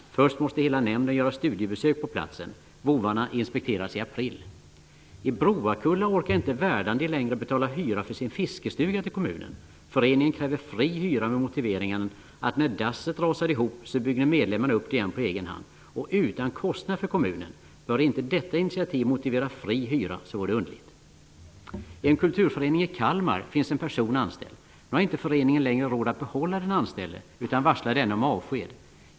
Först måste hela nämnden göra ett studiebesök på platsen. Vovvarna inspekterades i april. I Broakulla orkar inte Verdandi längre betala hyra för sin fiskestuga till kommunen. Föreningen kräver fri hyra med motiveringen att när dasset rasade ihop byggde medlemmarna upp det igen på egen hand, utan kostnad för kommunen! Borde inte detta initiativ motivera fri hyra, så vore det väl underligt. I en kulturförening i Kalmar finns en person anställd. Nu har inte föreningen längre råd att behålla den anställde utan varslar denne om avsked.